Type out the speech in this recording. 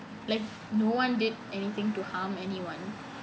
like no one did anything to harm anyone